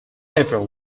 ever